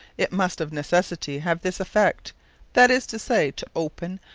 it must of necessity have this effect that is to say, to open,